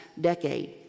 decade